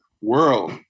world